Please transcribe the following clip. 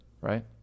right